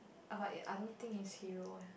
ah but he I don't he's hero